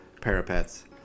parapets